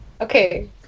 Okay